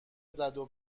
زدو